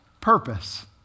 purpose